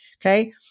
Okay